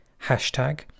hashtag